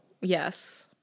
Yes